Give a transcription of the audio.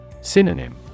Synonym